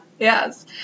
Yes